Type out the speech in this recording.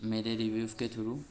میرے ریویو کے تھرو